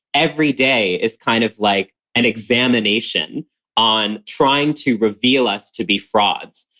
everyday is kind of like an examination on trying to reveal us to be frauds.